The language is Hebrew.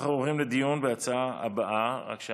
אנחנו עוברים לדיון בהצעה הבאה, אלא